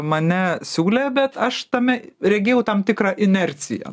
mane siūlė bet aš tame regėjau tam tikrą inerciją